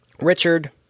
Richard